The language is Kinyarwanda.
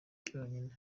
cyonyine